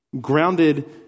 grounded